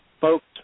Folks